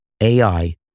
AI